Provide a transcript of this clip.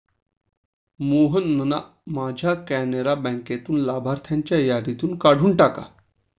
मोहनना माझ्या कॅनरा बँकेतून लाभार्थ्यांच्या यादीतून काढून टाका